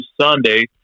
Sunday